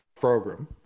program